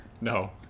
No